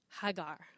Hagar